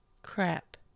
Crap